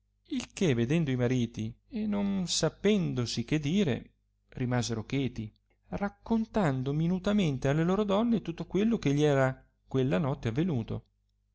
il che vedendo i mariti e non sapendosi che dire rimasero cheti raccontando minutamente alle loro donne tutto quello che gli era quella notte avenuto